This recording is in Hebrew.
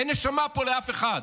אין נשמה פה לאף אחד.